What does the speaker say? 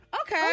Okay